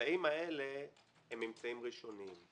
הממצאים האלה הם ממצאים ראשוניים.